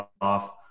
off